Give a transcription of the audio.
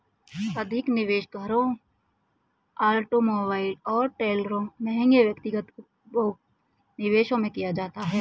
अधिक निवेश घरों ऑटोमोबाइल और ट्रेलरों महंगे व्यक्तिगत उपभोग्य निवेशों में किया जाता है